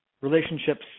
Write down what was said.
relationships